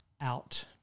out